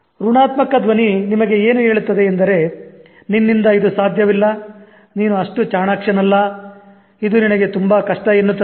ಋಣಾತ್ಮಕ ಧ್ವನಿ ನಿಮಗೆ ಏನು ಹೇಳುತ್ತದೆ ಎಂದರೆ ನಿನ್ನಿಂದ ಇದು ಸಾಧ್ಯವಿಲ್ಲ ನೀನು ಅಷ್ಟು ಚಾಣಾಕ್ಷ ನಲ್ಲ ಇದು ನಿನಗೆ ತುಂಬಾ ಕಷ್ಟ ಎನ್ನುತ್ತದೆ